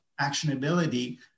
actionability